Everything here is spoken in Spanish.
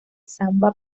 samba